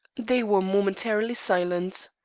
they were momentarily silent.